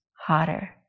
hotter